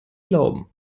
glauben